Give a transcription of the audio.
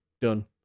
done